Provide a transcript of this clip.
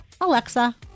Alexa